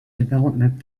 development